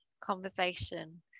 conversation